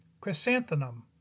Chrysanthemum